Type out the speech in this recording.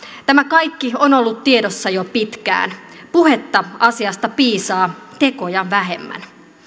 tämä kaikki on ollut tiedossa jo pitkään puhetta asiasta piisaa tekoja vähemmän